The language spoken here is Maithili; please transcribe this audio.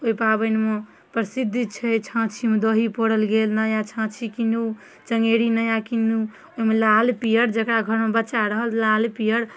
ओहि पाबनिमे प्रसिद्ध छै छाँछीमे दही पौरल गेल नया छाँछी किनु चन्गेरी नया किनु ओहिमे लाल पिअर जकरा घरमे बच्चा रहल लाल पिअर